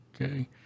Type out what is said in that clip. okay